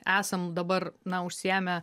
esam dabar na užsiėmę